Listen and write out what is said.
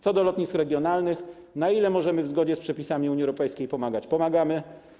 Co do lotnisk regionalnych, na ile możemy w zgodzie z przepisami Unii Europejskiej pomagać, pomagamy.